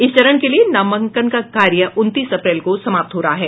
इस चरण के लिए नामांकन का कार्य उनतीस अप्रैल को समाप्त हो रहा है